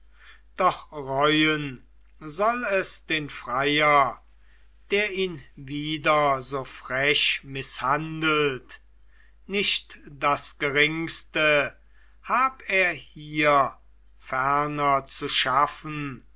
doch reuen soll es den freier der ihn wieder so frech mißhandelt nicht das geringste hab er hier ferner zu schaffen